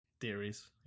theories